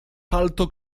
palto